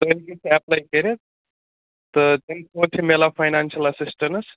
تُہۍ ہیٚکِو سُہ ایٚپلاے کٔرِتھ تہٕ تَمہِ چھِ میلان فاینانشل ایٚسِسٹیٚنٕس